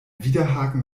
widerhaken